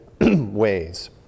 ways